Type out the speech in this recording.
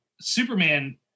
Superman